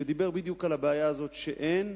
שדיבר בדיוק על הבעיה הזאת, שאין